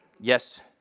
Yes